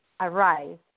arise